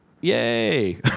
yay